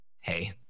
hey